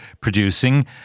producing